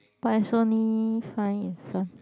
but it's only find in some